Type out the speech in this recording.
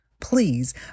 please